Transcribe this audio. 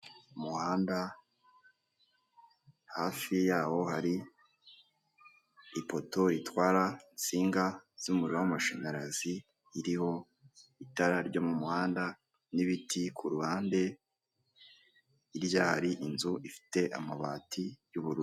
Umuhanda hafi yawo hari ipoto itwara insinga z'umuriro w'amashanyarazi iriho itara ryo mumuhanda nibiti kuruhande hirya hari inzu ifite amabati y'ubururu.